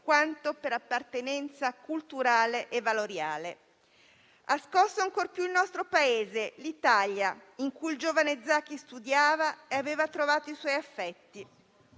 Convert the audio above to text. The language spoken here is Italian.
quanto per appartenenza culturale e valoriale. Ha scosso ancor più il nostro Paese, l'Italia, in cui il giovane Zaki studiava e aveva trovato i suoi affetti.